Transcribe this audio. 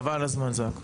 בוודאי, כן.